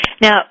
Now